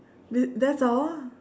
that that's all